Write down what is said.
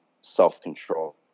self-control